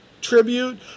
tribute